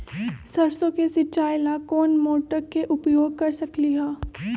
सरसों के सिचाई ला कोंन मोटर के उपयोग कर सकली ह?